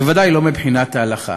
בוודאי לא מבחינת ההלכה.